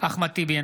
אחמד טיבי,